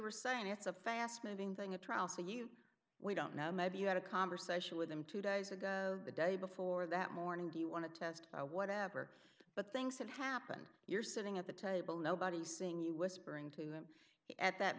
were saying it's a fast moving thing a trial so you we don't know maybe you had a conversation with him two days ago the day before that morning do you want to test whatever but things have happened you're sitting at the table nobody seeing you whispering to them at that